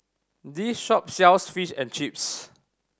this shop sells Fish and Chips